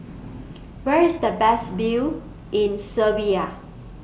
Where IS The Best View in Serbia